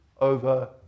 over